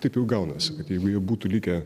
taip jau gaunasi kad jeigu jie būtų likę